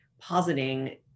positing